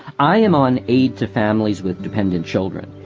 i am on aid to families with dependent children,